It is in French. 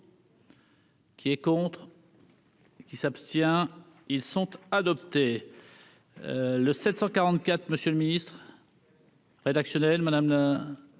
Qui est contre. Qui s'abstient ils sont adoptés le 744 monsieur le ministre. Rédactionnel madame la